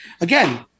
Again